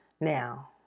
Now